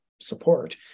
support